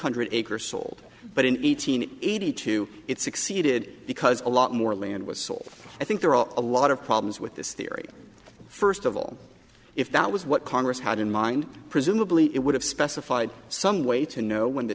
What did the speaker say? hundred acres sold but in eighteen eighty two it succeeded because a lot more land was sold i think there are a lot of problems with this theory first of all if that was what congress had in mind presumably it would have specified some way to know when the